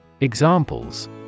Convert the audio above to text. Examples